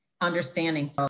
understanding